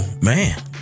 man